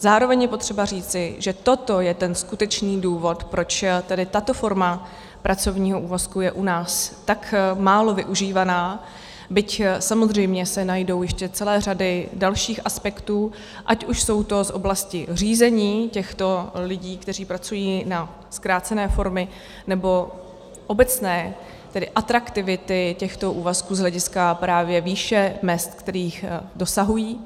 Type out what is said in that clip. Zároveň je potřeba říci, že toto je ten skutečný důvod, proč tato forma pracovního úvazku je u nás tak málo využívaná, byť samozřejmě se najdou ještě celé řady dalších aspektů, ať už jsou to z oblasti řízení těchto lidí, kteří pracují na zkrácené formy, nebo obecné atraktivity těchto úvazků z hlediska právě výše mezd, kterých dosahují.